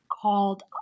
called